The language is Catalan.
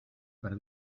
per